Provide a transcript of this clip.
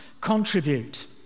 contribute